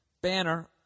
banner